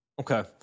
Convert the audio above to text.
Okay